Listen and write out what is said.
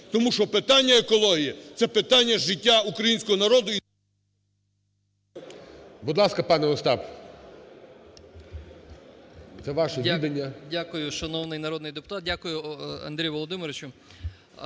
тому що питання екології – це питання життя українського народу.